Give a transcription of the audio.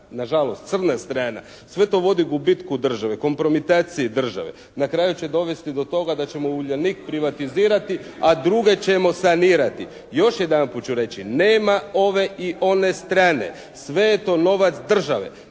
na žalost crna strana. Sve to vodi gubitku države, kompromitaciji države. Na kraju će dovesti do toga da ćemo “Uljanik“ privatizirati, a druge ćemo sanirati. Još jedanput ću reći – nema ove i one strane. Sve je to novac države.